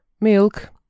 milk